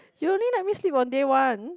you only let me sleep on day one